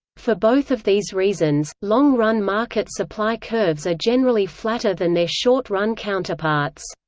for both of these reasons, long-run market supply curves are generally flatter than their short-run counterparts.